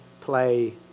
play